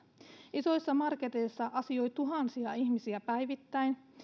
isoissa marketeissa asioi tuhansia ihmisiä päivittäin